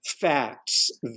facts